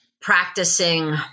practicing